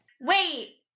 Wait